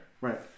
Right